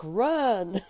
run